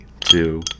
two